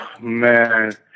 man